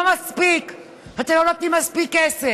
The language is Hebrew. לא מספיק שאתם לא נותנים מספיק כסף,